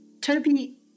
Toby